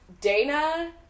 Dana